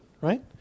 Right